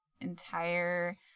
entire